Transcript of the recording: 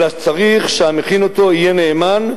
אלא צריך שהמכין אותו יהיה נאמן,